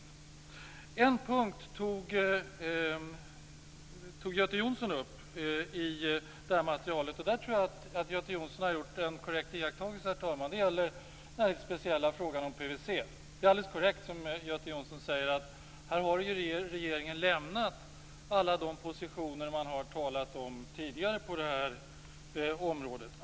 Göte Jonsson tog upp en punkt i det här materialet. Där har Göte Jonsson gjort en korrekt iakttagelse. Det gäller den speciella frågan om PVC. Det är alldeles riktigt som Göte Jonsson säger, att här har regeringen lämnat de positioner som man tidigare har haft på det här området.